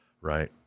Right